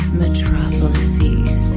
metropolises